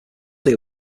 will